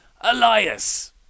Elias